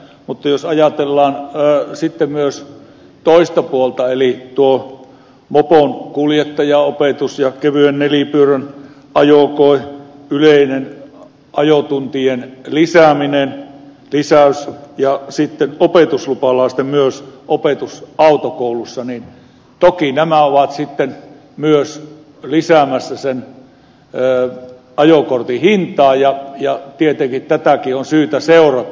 mutta jos ajatellaan sitten myös toista puolta eli sitä että on tuo moponkuljettajaopetus ja kevyen nelipyörän ajokoe yleinen ajotuntien lisäys ja sitten myös opetuslupalaisten opetus autokoulussa niin toki nämä ovat sitten myös lisäämässä sen ajokortin hintaa ja tietenkin tätäkin on syytä seurata